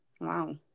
Wow